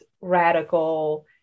radical